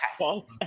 Okay